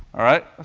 right?